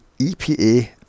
EPA